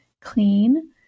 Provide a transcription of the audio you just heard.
clean